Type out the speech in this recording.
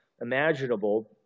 imaginable